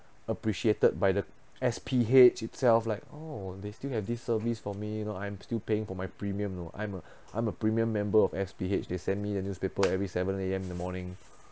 appreciated by the S_P_H itself like oh they still have this service for me you know I'm still paying for my premium you know I'm a I'm a premium member of S_P_H they send me the newspaper every seven A_M in the morning